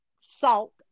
salt